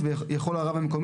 זה די פשוט.